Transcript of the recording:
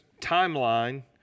timeline